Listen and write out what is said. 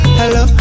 hello